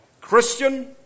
Christian